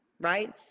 right